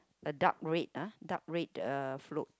a dark red ah dark red uh float